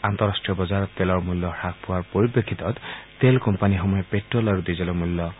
আন্তঃৰাষ্ট্ৰীয় বজাৰত তেলৰ মূল্য হ্ৰাস পোৱাৰ পৰিপ্ৰেক্ষিত তেল কোম্পানীসমূহে প্ট্টল আৰু ডিজেলৰ মূল্য হ্বাস কৰিছে